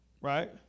right